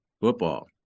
Football